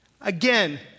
Again